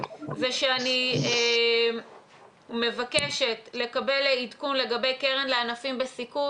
אני מבקשת לקבל עדכון לגבי קרן לענפים בסיכון